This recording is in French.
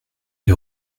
d’y